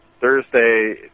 Thursday